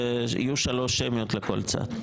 ויהיו שלוש שמיות לכל צד.